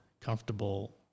comfortable